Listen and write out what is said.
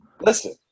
Listen